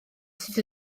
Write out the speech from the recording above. sut